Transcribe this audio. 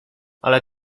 ale